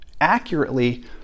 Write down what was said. accurately